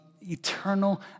eternal